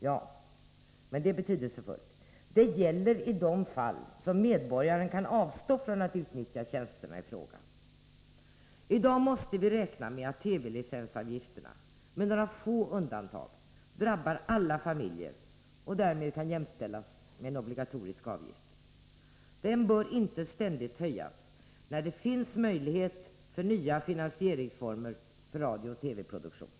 Ja, men det gäller — och det är betydelsefullt — i de fall som medborgaren kan avstå från att utnyttja tjänsterna i fråga. I dag måste vi räkna med att TV licensavgifterna med några få undantag drabbar alla familjer och därmed kan jämställas med en obligatorisk avgift. Den bör inte ständigt höjas, när det finns möjlighet till nya finansieringsformer för radiooch TV-produktion.